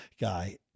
guy